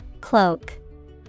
Cloak